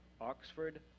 Oxford